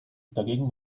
dagegen